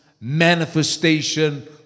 manifestation